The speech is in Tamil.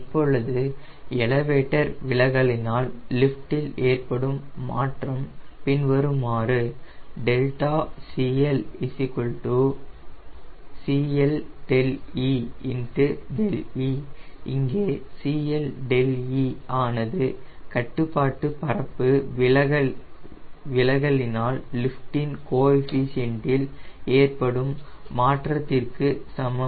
இப்பொழுது எலவேட்டர் விலகலினால் லிஃப்டில் ஏற்படும் மாற்றம் பின்வருமாறு Δ𝐶L CLe 𝛿e இங்கே CLe ஆனது கட்டுப்பாட்டு பரப்பு விலகலினால் லிஃப்டின் கோஏஃபிஷியன்டில் ஏற்படும் மாற்றத்திற்கு சமம்